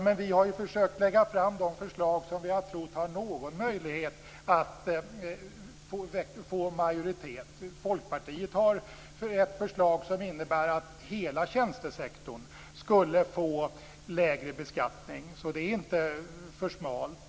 Men vi har ju försökt att lägga fram de förslag som vi har trott skall ha någon möjlighet att få majoritet. Folkpartiet har ett förslag som innebär att hela tjänstesektorn skulle få lägre beskattning. Det är inte för smalt.